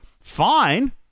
fine